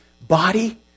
body